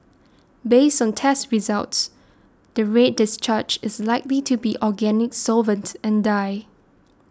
based on test results the red discharge is likely to be organic solvent and dye